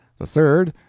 the third,